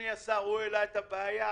הוא העלה את הבעיה.